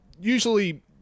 usually